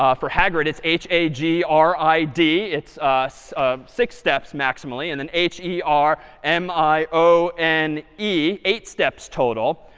um for hagrid it's h a g r i d. it's ah six steps maximally. and and h e r m i o n e, eight steps total.